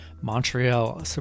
Montreal